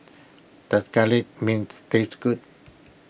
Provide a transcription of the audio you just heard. does Garlic Mint taste good